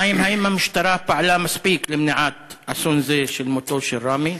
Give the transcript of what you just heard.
2. האם המשטרה פעלה מספיק למניעת אסון זה של מותו של ראמי?